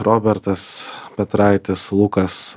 robertas petraitis lukas